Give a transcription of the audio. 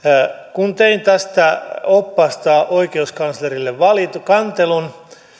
kun tein tästä oppaasta oikeuskanslerille kantelun